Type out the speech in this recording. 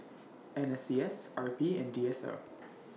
N S C S R P and D S R